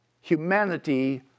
humanity